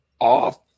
off